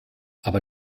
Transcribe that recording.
aber